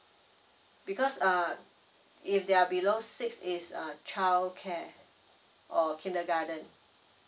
because uh if they are below six is uh childcare or kindergarten